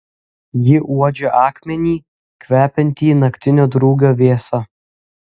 ji uodžia akmenį kvepiantį naktinio drugio vėsa